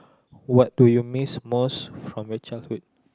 what do you miss most from your childhood